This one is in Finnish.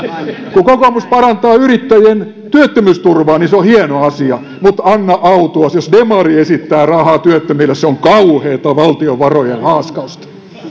kun kokoomus parantaa yrittäjien työttömyysturvaa niin se on hieno asia mutta anna autuas jos demari esittää rahaa työttömille se on kauheata valtion varojen haaskausta